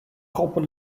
copper